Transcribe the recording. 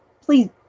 please